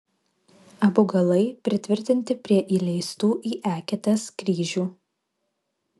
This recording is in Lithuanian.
abu galai pritvirtinti prie įleistų į eketes kryžių